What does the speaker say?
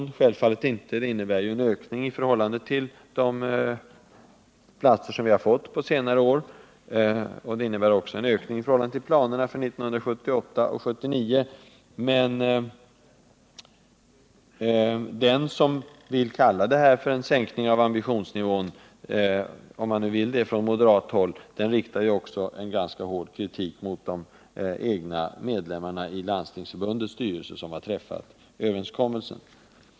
Det är självfallet inte så, för den innebär en ökning i förhållande till den utbyggnad som skett under senare år och också i förhållande till planerna för 1978 och 1979. Men om man nu från moderathåll vill kalla detta för en sänkning av ambitionen, så riktar man samtidigt en ganska hård kritik mot de egna medlemmarna i Landstingsförbundets styrelse som träffat överenskommelsen.